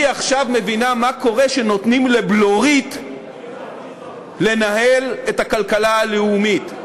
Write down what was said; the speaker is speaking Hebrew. היא עכשיו מבינה מה קורה כשנותנים לבלורית לנהל את הכלכלה הלאומית.